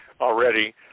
already